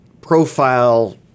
profile –